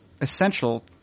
essential